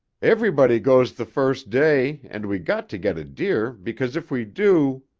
everybody goes the first day and we got to get a deer because if we do